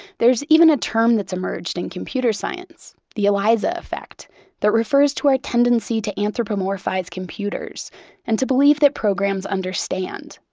there's even a term that's emerged in computer science the eliza effect that refers to our tendency to anthropomorphize computers and to believe that programs understand,